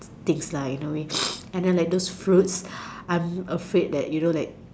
ticks lah in a way and then like those fruit I'm afraid that you know that